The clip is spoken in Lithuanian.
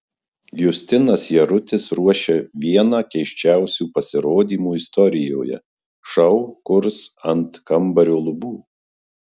justinas jarutis ruošia vieną keisčiausių pasirodymų istorijoje šou kurs ant kambario lubų